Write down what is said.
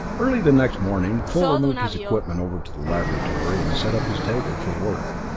early the next morning fuller moved his equipment over to the laboratory and set up his table for work.